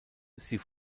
sie